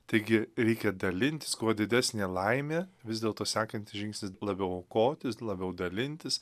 taigi reikia dalintis kuo didesnė laimė vis dėlto sekantis žingsnis labiau aukotis labiau dalintis